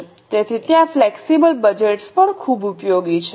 તેથી ત્યાં flexible budgets પણ ખૂબ ઉપયોગી છે